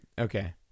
Okay